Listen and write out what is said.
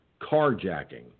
carjacking